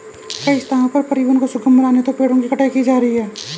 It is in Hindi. कई स्थानों पर परिवहन को सुगम बनाने हेतु पेड़ों की कटाई की जा रही है